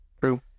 true